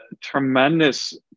tremendous